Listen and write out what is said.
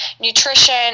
nutrition